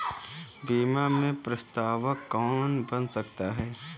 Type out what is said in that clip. बीमा में प्रस्तावक कौन बन सकता है?